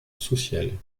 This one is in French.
sociale